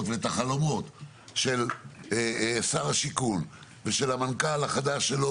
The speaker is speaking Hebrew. ואת החלומות של שר השיכון ושל המנכ"ל החדש שלו,